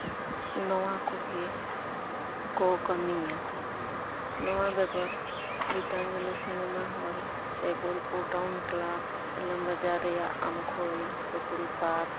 ᱱᱚᱣᱟ ᱠᱚᱜᱮ ᱠᱚ ᱠᱟᱹᱢᱤᱭᱟ ᱱᱚᱣᱟ ᱵᱮᱜᱚᱨ ᱜᱤᱛᱟᱧᱡᱚᱞᱤ ᱥᱤᱱᱮᱢᱟ ᱦᱚᱞ ᱥᱮ Bolpur town club Illambazar ᱨᱮᱭᱟᱜ ᱟᱢᱠᱳᱭ ᱯᱷᱚᱥᱤᱞ ᱯᱟᱨᱠ